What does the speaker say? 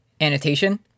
annotation